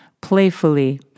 playfully